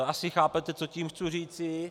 Asi chápete, co tím chci říci.